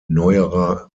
neuerer